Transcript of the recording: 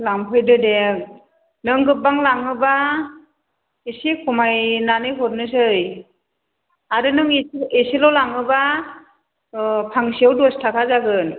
लांफैदो दे नों गोबां लाङोबा एसे खमायनानै हरनोसै आरो नों इसे इसेल' लाङोबा ओ फांसेयाव दसथाखा जागोन